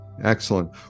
Excellent